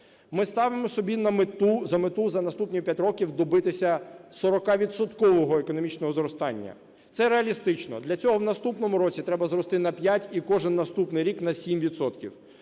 Ми ставимо собі за мету за наступні 5 років добитися 40-відсоткового економічного зростання. Це реалістично. Для цього в наступному році треба зрости на 5 і кожний наступний рік на 7